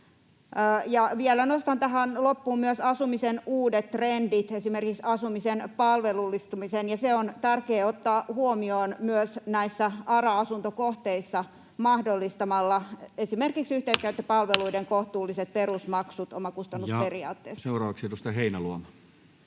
Vielä nostan tähän loppuun myös asumisen uudet trendit, esimerkiksi asumisen palvelullistamisen, ja se on tärkeää ottaa huomioon myös näissä ARA-asuntokohteissa mahdollistamalla esimerkiksi yhteiskäyttöpalveluiden kohtuulliset perusmaksut omakustannusperiaatteessa. [Speech 26] Speaker: Toinen